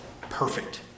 perfect